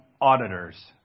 auditors